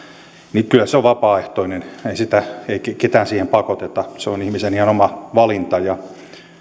kyllä on vapaaehtoinen ei ketään siihen pakoteta se on ihmisen ihan oma valinta ja